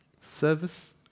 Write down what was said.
Service